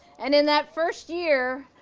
and in that first year,